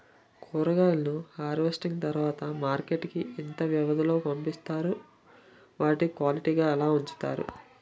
కూరగాయలను హార్వెస్టింగ్ తర్వాత మార్కెట్ కి ఇంత వ్యవది లొ పంపిస్తారు? వాటిని క్వాలిటీ గా ఎలా వుంచుతారు?